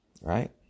Right